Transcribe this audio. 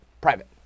Private